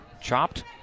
Chopped